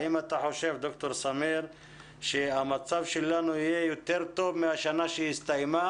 האם אתה חושב שהמצב שלנו יהיה יותר טוב מהשנה שהסתיימה